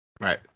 Right